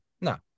No